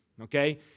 Okay